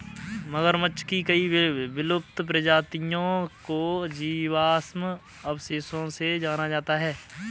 मगरमच्छ की कई विलुप्त प्रजातियों को जीवाश्म अवशेषों से जाना जाता है